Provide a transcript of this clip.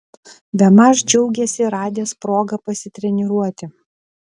bemaž džiaugėsi radęs progą pasitreniruoti